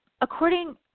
according